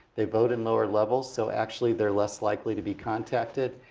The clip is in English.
they vote in lower level, so actually they're less likely to be contacted.